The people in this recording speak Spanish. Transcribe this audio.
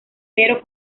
pero